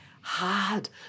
hard